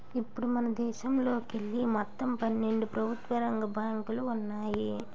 ఇప్పుడు మనదేశంలోకెళ్ళి మొత్తం పన్నెండు ప్రభుత్వ రంగ బ్యాంకులు ఉన్నాయి